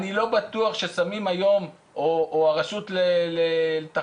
אני לא בטוח ששמים היום או הרשות לתחבורה